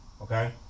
Okay